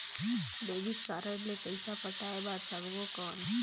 Debit card ले पइसा पटाय बार सकबो कौन?